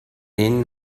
این